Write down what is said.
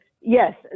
Yes